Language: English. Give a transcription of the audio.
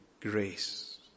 grace